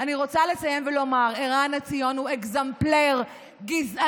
אני רוצה לסיים ולומר: ערן עציון הוא אקזמפלר גזעני,